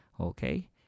okay